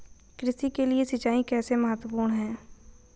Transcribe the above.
कृषि के लिए सिंचाई कैसे महत्वपूर्ण है?